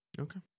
Okay